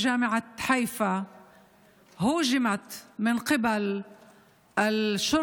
אשר לומדת באוניברסיטת חיפה הותקפה בידי המשטרה,